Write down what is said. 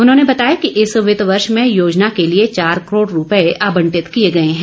उन्होंने बताया कि इस वित्त वर्ष में योजना के लिए चार करोड़ रूपये आबंटित किए गए हैं